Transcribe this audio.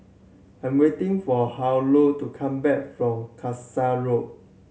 I'm waiting for Harlow to come back from Kasai Road